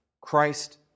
Christ